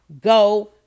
Go